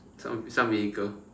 some some vehicle